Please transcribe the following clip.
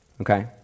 okay